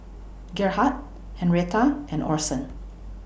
Gerhardt Henretta and Orson